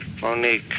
Monique